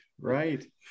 Right